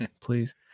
Please